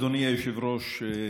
אדוני היושב-ראש,